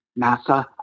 NASA